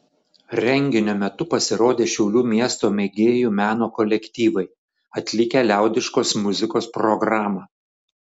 renginio metu pasirodė šiaulių miesto mėgėjų meno kolektyvai atlikę liaudiškos muzikos programą